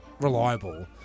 Reliable